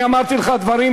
אני אמרתי לך דברים,